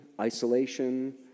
isolation